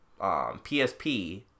PSP